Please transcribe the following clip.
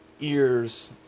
ears